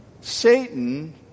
Satan